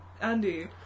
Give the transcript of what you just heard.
Andy